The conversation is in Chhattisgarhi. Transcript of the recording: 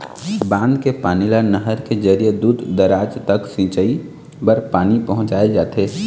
बांध के पानी ल नहर के जरिए दूर दूराज तक सिंचई बर पानी पहुंचाए जाथे